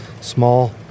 small